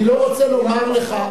אני לא רוצה לומר לך,